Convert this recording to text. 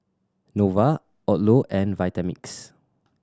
Nova Odlo and Vitamix